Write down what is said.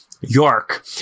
York